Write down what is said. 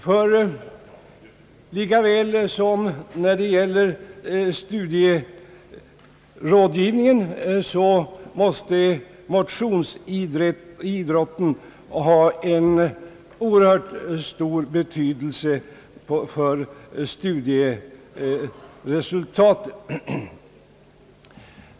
Motionsidrott måste nämligen lika väl som studierådgivning ha en oerhört stor betydelse för studieresultatet.